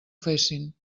fessin